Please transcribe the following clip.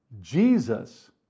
Jesus